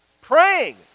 Praying